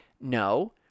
no